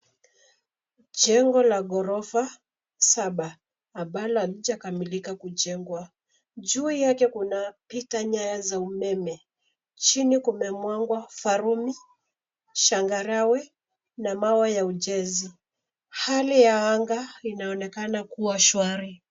Jengo la ghorofa saba ambalo halijakamilika kujengwa. Juu yake kunapita nyaya za umeme. Chini kumemwagwa farumi , changarawe na mawe ya ujenzi. Hali ya anga inaonekana kuwa shwari.